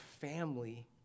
family